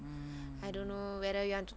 hmm